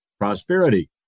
prosperity